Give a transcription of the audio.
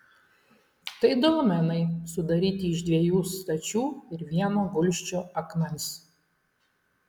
tai dolmenai sudaryti iš dviejų stačių ir vieno gulsčio akmens